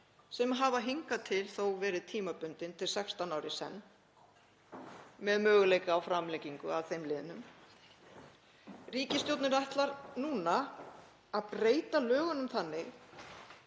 sem hafa hingað til þó verið tímabundin til 16 ára í senn með möguleika á framlengingu að þeim liðnum. Ríkisstjórnin ætlar núna að breyta lögunum þannig,